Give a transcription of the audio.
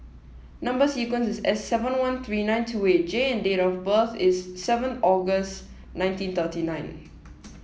number sequence is S seven one three five nine two eight J and date of birth is seven August nineteen thirty nine